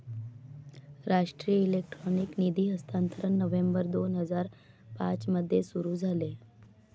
राष्ट्रीय इलेक्ट्रॉनिक निधी हस्तांतरण नोव्हेंबर दोन हजार पाँच मध्ये सुरू झाले